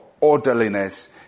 orderliness